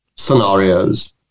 scenarios